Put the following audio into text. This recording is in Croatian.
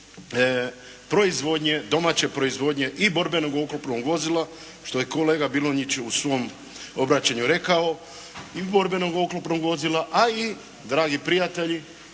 proizvodnje, domaće proizvodnje i borbenog oklopnog vozila, što je kolega Bilonjić u svom obraćanju rekao, i borbenog oklopnog vozila a i dragi prijatelji